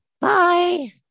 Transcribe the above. Bye